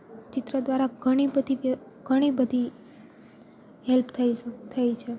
ચિત્ર દ્વારા ઘણી બધી ઘણી બધી હેલ્પ થઇ છે થઈ છે